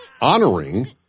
honoring